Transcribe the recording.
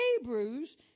Hebrews